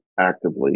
actively